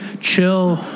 chill